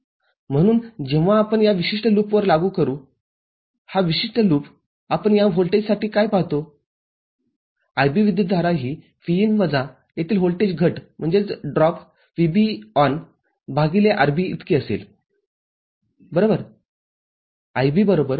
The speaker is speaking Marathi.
म्हणून जेव्हा आपण या विशिष्ट लूपवर लागू करू हा विशिष्ट लूपआपण या व्होल्टेजसाठी काय पाहतो IB विद्युतधारा ही Vin वजा येथील व्होल्टेज घटVBE भागिले RB इतकी असेल बरोबर